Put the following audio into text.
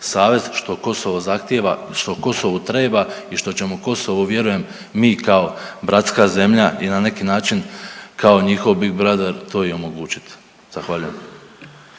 što Kosovo zahtjeva, što Kosovu treba i što ćemo Kosovu vjerujem mi kao bratska zemlja i na neki način kao njihov Big Brother to i omogućit, zahvaljujem.